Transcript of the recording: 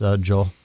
joel